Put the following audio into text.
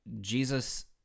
Jesus